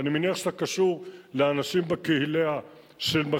ואני מניח שאתה קשור לאנשים בקהילה שמחזיקים